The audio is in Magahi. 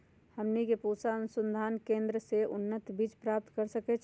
हमनी के पूसा अनुसंधान केंद्र से उन्नत बीज प्राप्त कर सकैछे?